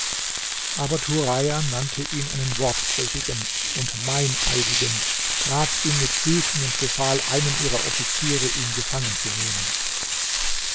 aber turaja nannte ihn einen wortbrüchigen und meineidigen trat ihn mit füßen und befahl einem ihrer offiziere ihn gefangenzunehmen